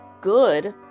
good